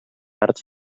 arts